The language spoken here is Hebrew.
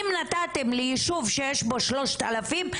אם נתתם לי ישוב שיש בו שלושת אלפים,